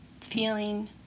feeling